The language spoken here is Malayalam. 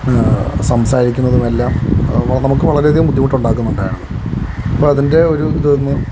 സംസാരിക്കുന്നതുമെല്ലാം നമുക്ക് വളരെയധികം ബുദ്ധിമുട്ട് ഉണ്ടാക്കുന്നുണ്ടായിരുന്നു അപ്പോൾ അതിൻ്റെ ഒരു ഇതൊന്ന്